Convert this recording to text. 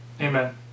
Amen